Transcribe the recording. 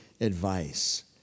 advice